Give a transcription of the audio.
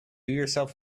yourself